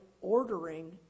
ordering